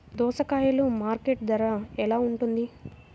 దోసకాయలు మార్కెట్ ధర ఎలా ఉంటుంది?